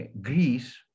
Greece